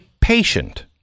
patient